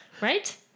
right